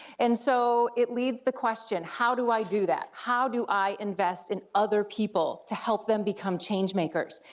and so it leads the question how do i do that? how do i invest in other people to help them become changemakers?